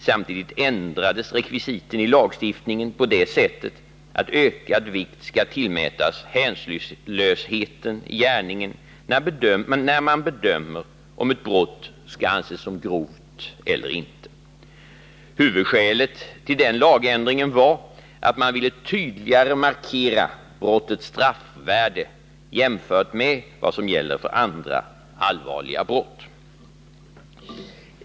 Samtidigt ändrades rekvisiten i lagstiftningen på det sättet att ökad vikt skall tillmätas hänsynslösheten i gärningen, när man bedömer om ett brott skall anses som grovt eller inte. Huvudskälet till den lagändringen var att man ville tydligare markera brottets straffvärde jämfört med vad som gäller för andra allvarliga brott.